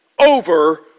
over